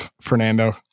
Fernando